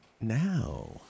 now